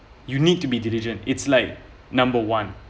you need to be diligent it's like number one